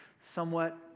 somewhat